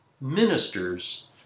Ministers